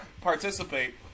participate